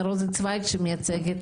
אז מי יבוא לנוירולוגיה?